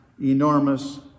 enormous